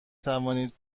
توانید